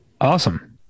Awesome